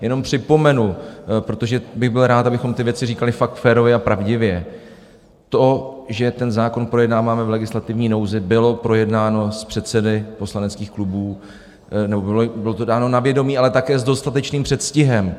Jenom připomenu, protože bych byl rád, abychom ty věci říkali fakt férově a pravdivě: to, že ten zákon projednáváme v legislativní nouzi, bylo projednáno s předsedy poslaneckých klubů nebo bylo to dáno na vědomí, ale také s dostatečným předstihem.